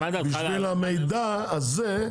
בשביל המידע הזה,